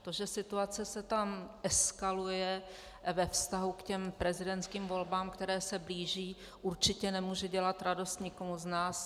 To, že situace se tam eskaluje ve vztahu k prezidentským volbám, které se blíží, určitě nemůže dělat radost nikomu z nás.